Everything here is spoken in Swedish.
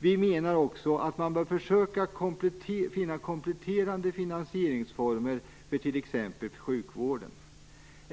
Vi menar också att man bör försöka finna kompletterande finansieringsformer för t.ex. sjukvården.